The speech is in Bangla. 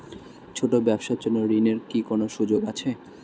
ছোট ব্যবসার জন্য ঋণ এর কি কোন সুযোগ আছে?